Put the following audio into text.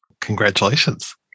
Congratulations